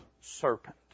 serpent